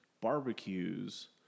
barbecues